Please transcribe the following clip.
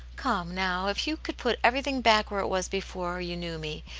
come, now, if you could put everything back where it was before you knew me,